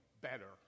better